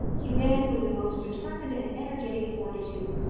he then, with the most determined and energetic fortitude,